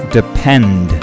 depend